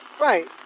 Right